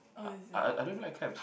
I I I don't even like clams